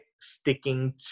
sticking